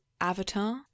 Avatar